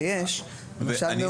ויש כאלה,